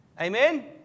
Amen